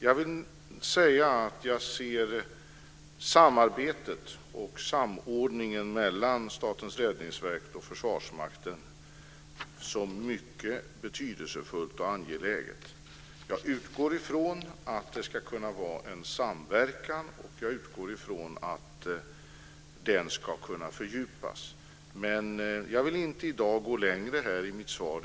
Jag ser samarbetet, och samordningen, mellan Statens räddningsverk och Försvarsmakten som mycket betydelsfullt och angeläget. Jag utgår från att det ska kunna vara en samverkan, och jag utgår från att den ska kunna fördjupas. Men jag vill inte i dag gå längre i mitt svar.